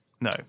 No